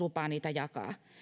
lupaa niitä jakaa